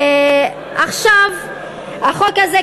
החוק הזה,